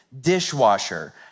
dishwasher